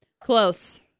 Close